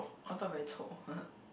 on top very 臭